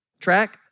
track